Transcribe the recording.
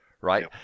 right